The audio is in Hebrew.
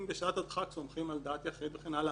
בשעת הדחק סומכים על דעת יחיד וכן הלאה.